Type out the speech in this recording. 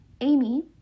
Amy